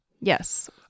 Yes